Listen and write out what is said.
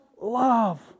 love